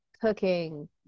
cooking